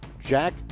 Jack